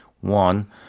one